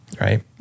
right